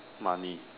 money